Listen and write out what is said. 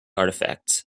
artifacts